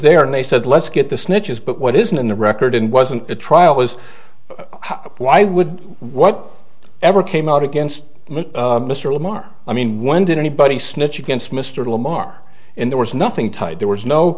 there and they said let's get the snitches but what isn't in the record and wasn't a trial was why would what ever came out against mr lamar i mean when did anybody snitch against mr lamar in there was nothing to hide there was no